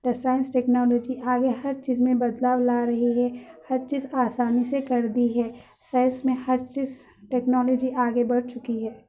science technology آگے ہر چیز میں بدلاؤ لا رہی ہے ہر چیز آسانی سے کر دی ہے سائنس میں ہر چیز ٹیکنالوجی آگے بڑھ چکی ہے